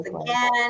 again